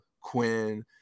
Quinn –